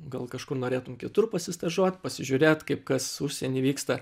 gal kažkur norėtum kitur pasistažuot pasižiūrėt kaip kas užsieny vyksta